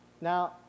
Now